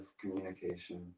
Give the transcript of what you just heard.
communication